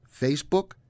Facebook